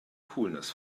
coolness